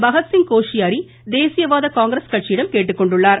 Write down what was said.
பகத்சிங் கோஷியாரி தேசியவாத காங்கிரஸ் கட்சியிடம் கேட்டுக்கொண்டுள்ளார்